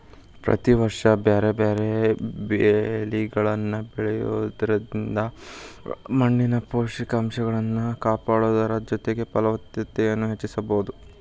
ಪ್ರತಿ ವರ್ಷ ಬ್ಯಾರ್ಬ್ಯಾರೇ ಬೇಲಿಗಳನ್ನ ಬೆಳಿಯೋದ್ರಿಂದ ಮಣ್ಣಿನ ಪೋಷಕಂಶಗಳನ್ನ ಕಾಪಾಡೋದರ ಜೊತೆಗೆ ಫಲವತ್ತತೆನು ಹೆಚ್ಚಿಸಬೋದು